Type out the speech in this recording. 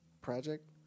project